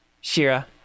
Shira